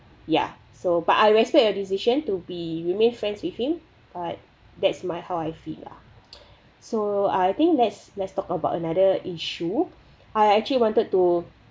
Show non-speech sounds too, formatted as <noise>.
ya so but I respect your decision to be remained friends with him but that's my how I feel lah <noise> so I think let's let's talk about another issue I actually wanted to